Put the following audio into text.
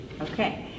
okay